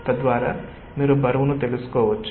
తద్వారా మీరు బరువును తెలుసుకోవచ్చు